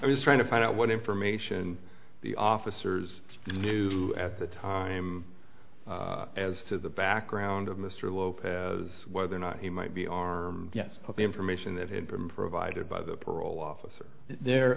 i was trying to find out what information the officers knew at the time as to the background of mr lopez whether or not he might be our yes but the information that had been provided by the parole officer